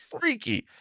freaky